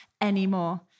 anymore